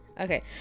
Okay